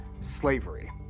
slavery